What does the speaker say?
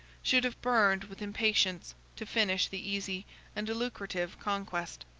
should have burned with impatience to finish the easy and lucrative conquest.